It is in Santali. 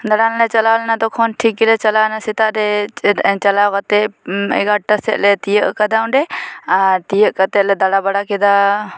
ᱫᱟᱬᱟᱱ ᱞᱮ ᱪᱟᱞᱟᱣ ᱞᱮᱱᱟ ᱛᱚᱠᱷᱚᱱ ᱴᱷᱤᱠ ᱜᱮᱞᱮ ᱪᱟᱞᱟᱣ ᱮᱱᱟ ᱥᱮᱛᱟᱜ ᱨᱮ ᱪᱟᱞᱟᱣ ᱠᱟᱛᱮᱫ ᱮᱜᱟᱨᱚᱴᱟ ᱥᱮᱫ ᱞᱮ ᱛᱤᱭᱟᱹᱜ ᱟᱠᱟᱫᱟ ᱚᱸᱰᱮ ᱟᱨ ᱛᱤᱭᱟᱹᱜ ᱠᱟᱛᱮᱫ ᱞᱮ ᱫᱟᱬᱟᱵᱟᱲᱟ ᱠᱮᱫᱟ